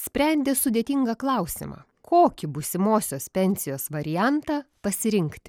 sprendė sudėtingą klausimą kokį būsimosios pensijos variantą pasirinkti